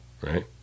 right